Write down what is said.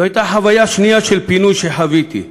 זו הייתה חוויה שנייה של פינוי שחוויתי: